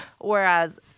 Whereas